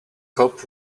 cop